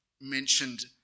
mentioned